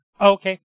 Okay